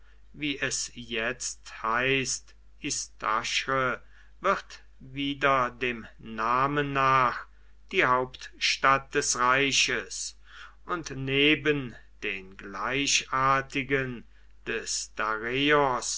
wie es jetzt heißt istachr wird wieder dem namen nach die hauptstadt des reiches und neben den gleichartigen des